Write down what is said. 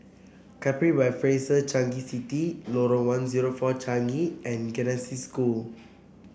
Capri by Fraser Changi City Lorong one zero four Changi and Genesis School